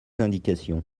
indications